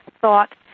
thought